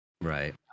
Right